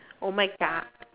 oh my God